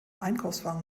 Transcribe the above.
einkaufswagen